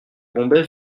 bombay